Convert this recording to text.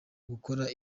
gukora